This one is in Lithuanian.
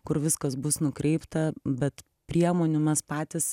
kur viskas bus nukreipta bet priemonių mes patys